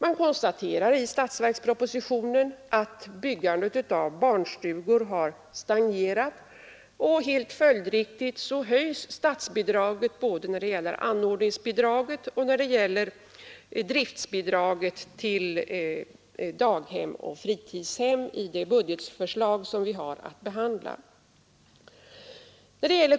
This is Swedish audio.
I statsverkspropositionen konstateras att byggandet av barnstugor har stagnerat, och helt följdriktigt höjs statsbidraget — både anordningsbidraget och driftbidraget — till daghem och fritidshem i det budgetförslag vi har att behandla.